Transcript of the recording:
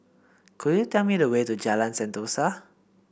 could you tell me the way to Jalan Sentosa